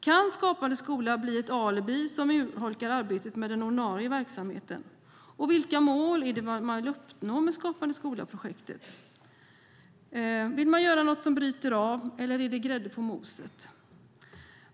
Kan Skapande skola bli ett alibi som urholkar arbetet med den ordinarie verksamheten? Och vilka mål är det man vill uppnå med Skapande skola-projektet? Vill man göra något som bryter av eller är det grädde på moset?